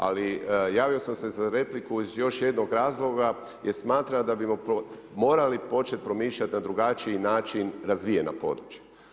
Ali javio sam se za repliku iz još jednog razloga jer smatram da bismo morali početi promišljati na drugačiji način razvijena područja.